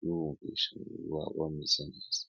bifasha umubiri wabo umeze neza.